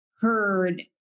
heard